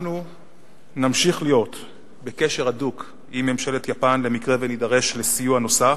אנחנו נמשיך להיות בקשר הדוק עם ממשלת יפן במקרה ונידרש לסיוע נוסף.